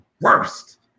worst